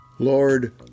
Lord